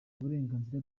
burenganzira